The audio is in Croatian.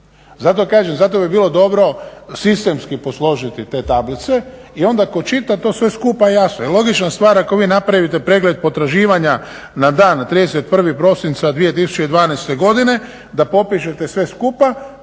potraživanja. Zato bi bilo dobro sistemski posložiti te tablice i onda tko čita to sve skupa jasno jel logična stvar ako vi napravite pregled potraživanja na dan 31.prosinca 2012.godine da popišete sve skupa